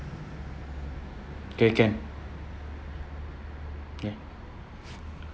K can K